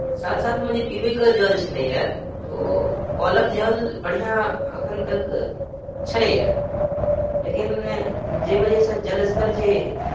साथ साथमे जे पीबैके जल छलैए ओ कलके जल बढ़िआँ एखन तक छलैए लेकिन जाहि वजहसँ जल स्तर जे